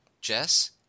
Jess